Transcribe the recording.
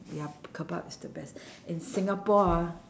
their kebab is the best in singapore ah